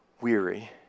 weary